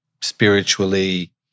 spiritually